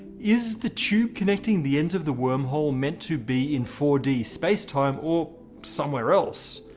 is the tube connecting the ends of the wormhole meant to be in four d spacetime, or somewhere else?